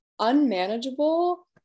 unmanageable